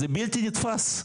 זה בלתי נתפס.